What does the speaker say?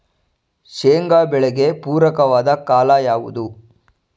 ಶೇಂಗಾ ಬೆಳೆಗೆ ಪೂರಕವಾದ ಕಾಲ ಯಾವುದು?